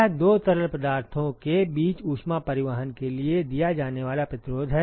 यह दो तरल पदार्थों के बीच ऊष्मा परिवहन के लिए दिया जाने वाला प्रतिरोध है